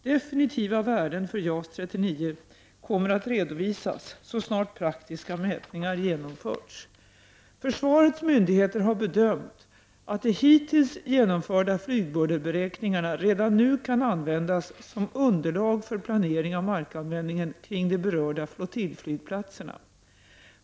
Definitiva värden för JAS 39 kommer att redovisas så snart praktiska mätningar genomförts. Försvarets myndigheter har bedömt att de hittills genomförda flygbullerberäkningarna redan nu kan användas som underlag för planering av markanvändningen kring de berörda flottiljflygplatserna.